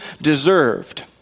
deserved